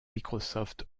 microsoft